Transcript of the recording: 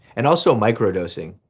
and also microdosing.